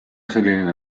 selline